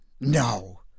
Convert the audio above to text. No